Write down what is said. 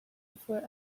before